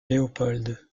léopold